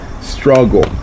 struggle